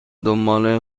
دنبال